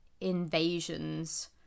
invasions